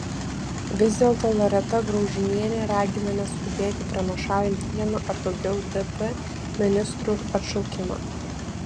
vis dėlto loreta graužinienė ragina neskubėti pranašaujant vieno ar daugiau dp ministrų atšaukimą